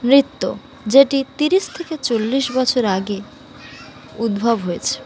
নৃত্য যেটি তিরিশ থেকে চল্লিশ বছর আগে উদ্ভব হয়েছে